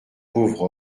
pauvre